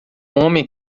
homem